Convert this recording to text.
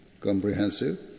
comprehensive